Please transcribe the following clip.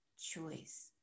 choice